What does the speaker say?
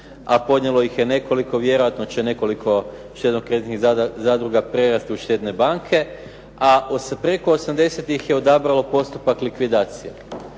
a podnijelo ih je nekoliko. Vjerojatno će nekoliko štedno-kreditnih zadruga prerasti u štedne banke, a preko 80 ih je odabralo postupak likvidacije.